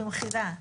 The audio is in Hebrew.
במחילה,